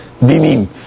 dinim